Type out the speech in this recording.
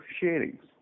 shadings